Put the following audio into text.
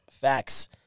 facts